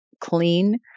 clean